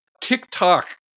TikTok